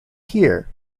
here